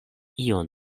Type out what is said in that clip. ion